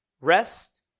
rest